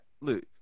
look